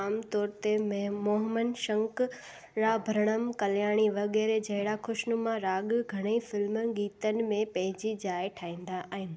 आम तौर ते मेह मोहमन शंकराभरणम कल्याणी वग़ैरह जहिड़ा खु़शनुमा राॻु घणेई फ़िल्मी गीतनि में पंहिंजी जाइ ठाहींदा आहिनि